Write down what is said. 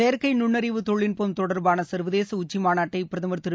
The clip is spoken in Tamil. செயற்கை நுண்ணறிவு தொழில்நுட்பம் தொடர்பாள சர்வதேச உச்சி மாநாட்டை பிரதமர் திரு